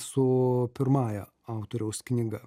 su pirmąja autoriaus knyga